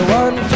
one